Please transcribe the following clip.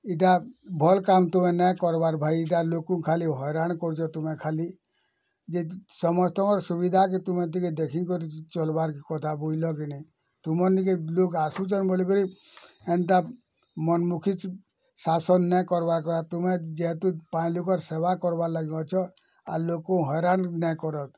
ଇଟା ଭଲ୍ କାମ୍ ତୁମେ ନାଇଁ କର୍ବାର୍ ଭାଇ ଇଟା ଲୋକଙ୍କୁ ଖାଲି ହଇରାଣ କରୁଛ ତୁମେ ଖାଲି ଯଦି ସମସ୍ତଙ୍କର ସୁବିଧା ଯେ ତୁମେ ଟିକେ ଦେଖିକରି ଚଲ୍ବାର୍ କି କଥା ବୁଝିଲ କି ନାଇଁ ତୁମ ନିକେ ଲୋକ୍ ଆସୁଛନ୍ ବୋଲିକରି ଏନ୍ତା ମନ୍ମୁଖୀ ଶାସନ୍ ନାଇଁ କର୍ବାର୍ କଥା ତୁମେ ଯେହେତୁ ପାନ୍ ଲୁକର୍ ସେବା କରିବା ଲାଗି ଅଛ ଆର୍ ଲୋକଙ୍କୁ ହଇରାଣ ନାଇଁ କରତ୍